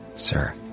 Sir